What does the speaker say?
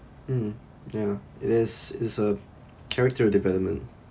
mmhmm ya it is it's a character development